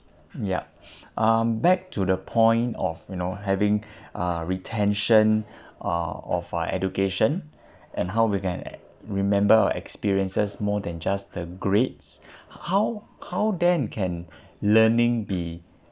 yup um back to the point of you know having uh retention uh of our education and how we gonna remember experiences more than just the grades how how then can learning be